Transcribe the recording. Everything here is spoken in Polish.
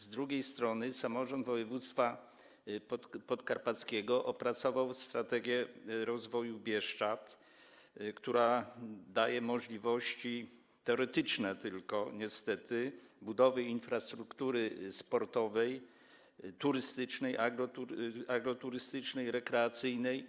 Z drugiej strony samorząd województwa podkarpackiego opracował strategię rozwoju Bieszczad, która daje możliwości - niestety tylko teoretyczne - budowy infrastruktury sportowej, turystycznej, agroturystycznej, rekreacyjnej.